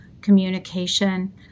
communication